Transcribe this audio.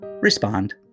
respond